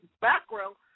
background